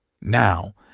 Now